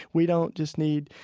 we don't just need,